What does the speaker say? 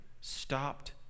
stopped